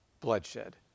bloodshed